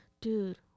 dude